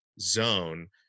zone